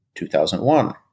2001